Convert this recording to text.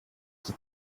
qui